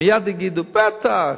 מייד יגידו: בטח,